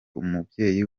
umubyeyi